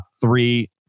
three